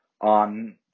on